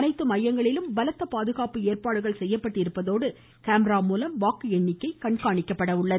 அனைத்து மையங்களிலும் பலத்த பாதுகாப்பு ஏற்பாடுகள் செய்யப்பட்டிருப்பதோடு கேமராக்கள் மூலம் வாக்கு எண்ணிக்கை கண்காணிக்கப்பட உள்ளது